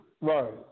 Right